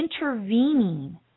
intervening